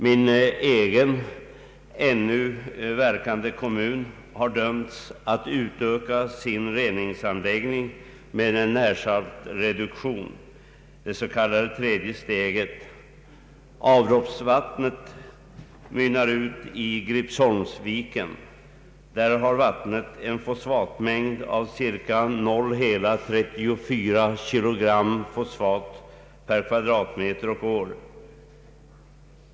Min egen ännu verkande kommun har dömts att utöka sin reningsanläggning med närsaltreduktion — det s.k. tredje steget. Avloppsvattnet mynnar ut i Gripsholmsviken. Där har vattnet en fosfatmängd av 0,34 kilogram per kvadratmeter och år.